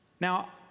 Now